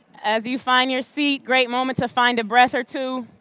as you find your seat, great moment to find a breath or two.